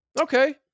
Okay